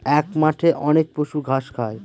এক মাঠে অনেক পশু ঘাস খায়